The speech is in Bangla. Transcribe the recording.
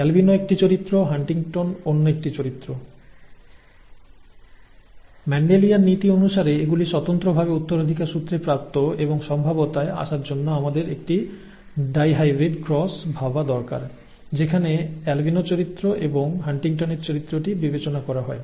অ্যালবিনো একটি চরিত্র হান্টিংটন অন্য একটি চরিত্র মেন্ডেলিয়ান নীতি অনুসারে এগুলি স্বতন্ত্রভাবে উত্তরাধিকার সূত্রে প্রাপ্ত এবং সম্ভাব্যতায় আসার জন্য আমাদের একটি ডাইহিব্রিড ক্রস ভাবা দরকার যেখানে অ্যালবিনো চরিত্র এবং হান্টিংটনের চরিত্রটি বিবেচনা করা হয়